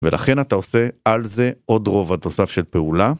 ולכן אתה עושה על זה עוד רוב התוסף של פעולה.